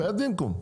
בחייאת דינקום,